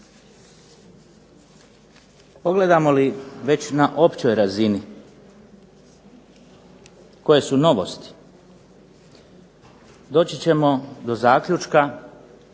Pogledamo li već na općoj razini koje su novosti, doći ćemo do zaključka